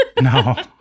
No